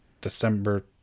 December